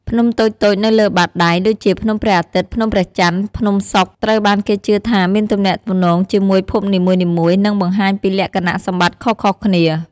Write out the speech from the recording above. ភ្នំតូចៗនៅលើបាតដៃ ដូចជាភ្នំព្រះអាទិត្យ ភ្នំព្រះច័ន្ទ ភ្នំសុក្រ ត្រូវបានគេជឿថាមានទំនាក់ទំនងជាមួយភពនីមួយៗ និងបង្ហាញពីលក្ខណៈសម្បត្តិខុសៗគ្នា។